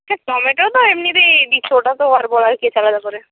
tomato তো এমনিতেই দিচ্ছ ওটা তো আর বলার কী আছে আলাদা করে